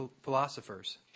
philosophers